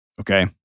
Okay